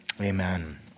amen